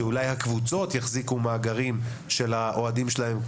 שאולי הקבוצות יחזיקו מאגרים של האוהדים שלהם.